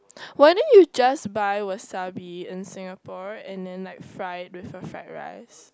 why don't you just buy wasabi in Singapore and then like fry it with a fried rice